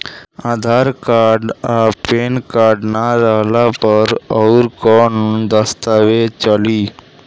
आधार card आ PAN card ना रहला पर अउरकवन दस्तावेज चली?